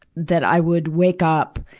that i would wake up,